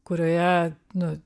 kurioje nu